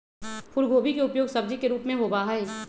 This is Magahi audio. फूलगोभी के उपयोग सब्जी के रूप में होबा हई